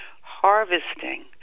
harvesting